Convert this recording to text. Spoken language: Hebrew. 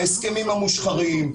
ההסכמים המושחרים,